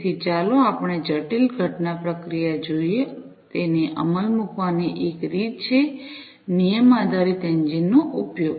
તેથી ચાલો આપણે જટિલ ઘટના પ્રક્રિયા જોઈએ તેને અમલમાં મૂકવાની એક રીત છે નિયમ આધારિત એન્જિનનો ઉપયોગ